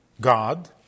God